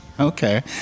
Okay